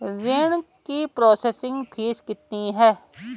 ऋण की processing fee कितनी है?